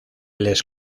les